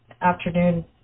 afternoon